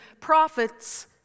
prophets